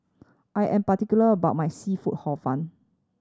I am particular about my seafood Hor Fun